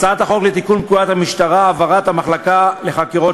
הצעת חוק לתיקון פקודת המשטרה (העברת המחלקה לחקירות